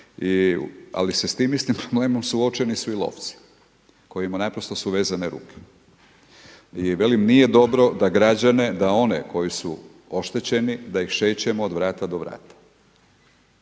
ali su s tim istim problemom suočeni svi lovci kojima su vezane ruke. I velim, nije dobro da građane, da one koji su oštećeni da ih šećemo od vrata do vrata.